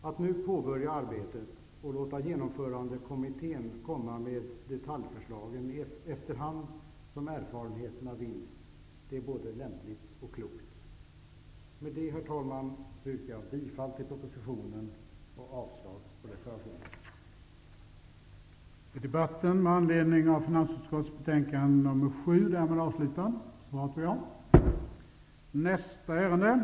Att nu påbörja arbetet med att låta Genomförandekommittén komma med detaljförslagen efterhand som erfarenheterna vinns är både lämpligt och klokt. Med det, herr talman, yrkar jag bifall till propositionen och avslag på reservationen.